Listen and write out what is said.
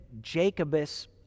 Jacobus